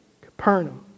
Capernaum